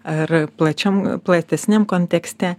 ar plačiam platesniam kontekste